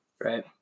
Right